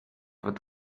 wird